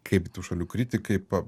kaip tų šalių kritikai pa